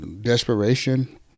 desperation